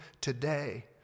today